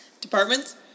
departments